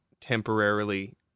temporarily